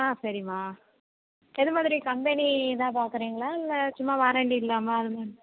ஆ சரிம்மா எது மாதிரி கம்பெனி இதாக பார்க்குறீங்களா இல்லை சும்மா வாரன்ட்டி இல்லாமல் அது மாதிரி